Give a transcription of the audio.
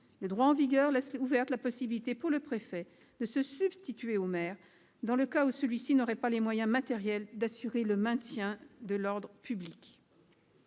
Le droit en vigueur laisse ouverte la possibilité, pour le préfet, de se substituer au maire dans le cas où ce dernier n'aurait pas les moyens matériels d'assurer le maintien de l'ordre public.